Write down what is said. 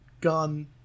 gun